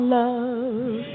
love